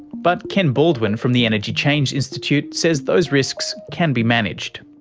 but ken baldwin from the energy change institute says those risks can be managed.